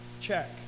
Check